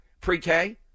pre-K